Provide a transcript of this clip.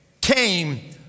came